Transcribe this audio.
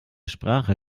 sprache